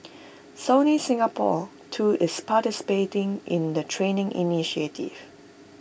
Sony Singapore too is participating in the training initiative